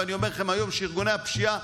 ואני אומר לכם היום שארגוני הפשיעה